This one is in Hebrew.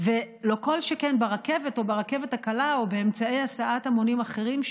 ולא כל שכן ברכבת או ברכבת הקלה או באמצעי הסעת המונים אחרים,